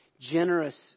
generous